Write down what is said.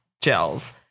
Gels